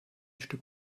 stück